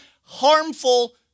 harmful